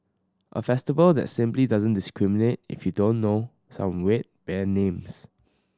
a festival that simply doesn't discriminate if you don't know said weird band names